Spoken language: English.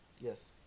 Yes